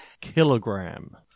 Kilogram